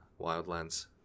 Wildlands